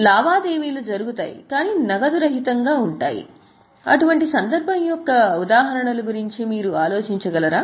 లావాదేవీలు జరుగుతాయి కానీ నగదు రహితంగా ఉంటాయి అటువంటి సందర్భం యొక్క ఉదాహరణల గురించి మీరు ఆలోచించగలరా